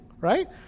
right